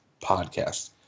podcast